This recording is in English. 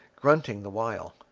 grunting the while.